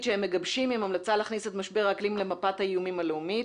שהם מגבשים עם המלצה להכניס את משבר האקלים למפת האיומים הלאומית.